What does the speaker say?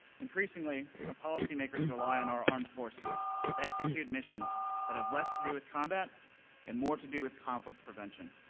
increasingly, our policy makers rely on our armed forces to execute missions that have less to do with combat and more to do with conflict prevention.